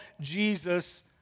Jesus